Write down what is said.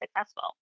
successful